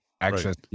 access